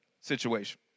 situation